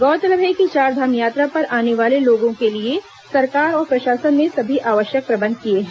गौरतलब है कि चार धाम यात्रा पर आने वाले लोगों के लिए सरकार और प्रशासन ने सभी आवश्यक प्रबंध किए हैं